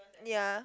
ya